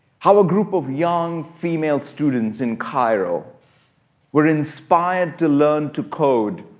how a group of young female students in cairo were inspired to learn to code,